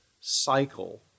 cycle